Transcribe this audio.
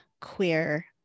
Queer